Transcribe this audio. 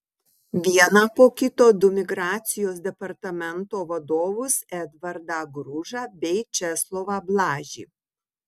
vieną po kito du migracijos departamento vadovus edvardą gružą bei česlovą blažį